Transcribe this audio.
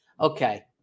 Okay